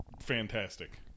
Fantastic